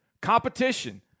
Competition